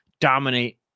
dominate